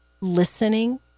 listening